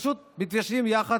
פשוט מתיישבים יחד,